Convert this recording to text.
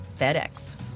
FedEx